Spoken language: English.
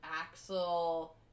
Axel